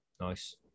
Nice